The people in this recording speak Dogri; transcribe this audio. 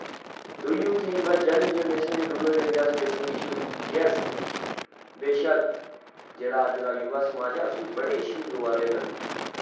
do you think the young generation in rural areas is facing issues yes बेशक जेह्ड़ा अज्ज दा युवा समाज ऐ उसी बड़े इश्यूज होआ दे न